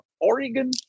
Oregon